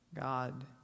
God